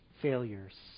failures